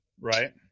Right